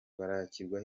bakirwa